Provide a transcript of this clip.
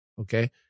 Okay